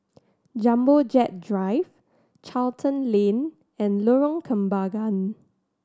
Jumbo Jet Drive Charlton Lane and Lorong Kembagan